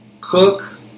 Cook